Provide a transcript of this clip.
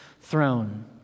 throne